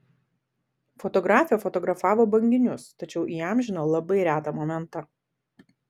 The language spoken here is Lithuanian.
fotografė fotografavo banginius tačiau įamžino labai retą momentą